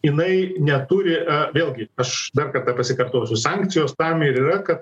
jinai neturi vėlgi aš dar kartą pasikartosiu sankcijos tam ir yra kad